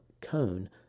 cone